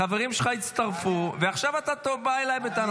חברים שלך הצטרפו, ועכשיו אתה בא אליי בטענות.